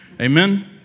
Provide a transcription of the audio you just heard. Amen